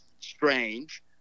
strange